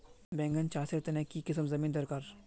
बैगन चासेर तने की किसम जमीन डरकर?